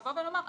לבוא ולומר,